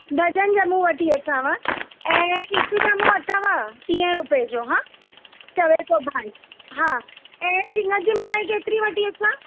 dozen ॼमूं वठी अचांव ऐं हिकु ॼमूं अथव टीहे रुपये जो हां चवे थो भाई हा ऐं सिंगर जी मिठाई केतिरी वठी अचां